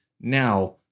now